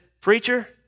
preacher